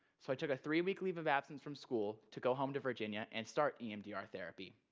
so i took a three-week leave of absence from school to go home to virginia and start emdr therapy.